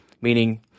meaning